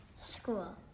School